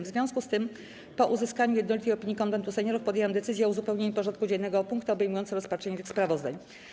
W związku z tym, po uzyskaniu jednolitej opinii Konwentu Seniorów, podjęłam decyzję o uzupełnieniu porządku dziennego o punkty obejmujące rozpatrzenie tych sprawozdań.